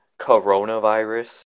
coronavirus